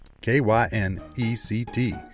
K-Y-N-E-C-T